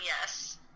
yes